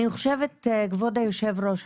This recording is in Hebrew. אני חושבת כבוד היושב ראש,